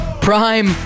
Prime